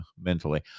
mentally